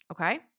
okay